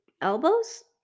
elbows